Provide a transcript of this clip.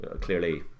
clearly